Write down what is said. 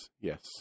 yes